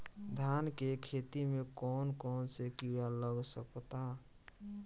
धान के खेती में कौन कौन से किड़ा लग सकता?